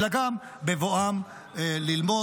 אלא גם בבואם ללמוד.